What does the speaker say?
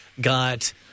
got